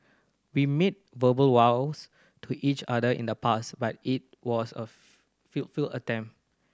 we made verbal vows to each other in the past but it was a feel feel attempt